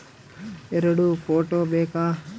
ಎರಡು ಫೋಟೋ ಬೇಕಾ?